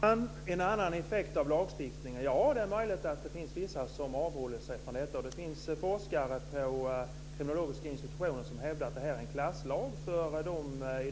Herr talman! En annan effekt av lagstiftningen - ja, det är möjligt att det finns vissa som avråder från detta. Det finns forskare på kriminologiska institutioner som hävdar att det här är en klasslag, därför att